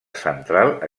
central